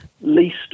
least